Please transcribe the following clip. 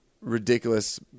ridiculous